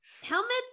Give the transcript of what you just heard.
helmets